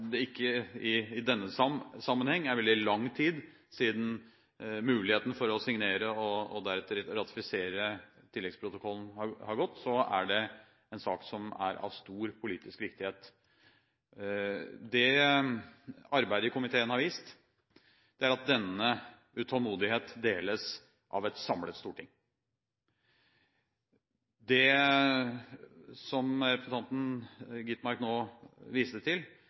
denne sammenheng ikke har gått veldig lang tid siden muligheten for å signere og deretter ratifisere tilleggsprotokollen, er dette en sak som er av stor politisk viktighet. Det arbeidet i komiteen har vist, er at denne utålmodigheten deles av et samlet storting. Det som representanten Skovholt Gitmark nå viste til,